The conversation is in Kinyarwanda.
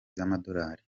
z’amadolari